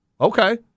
okay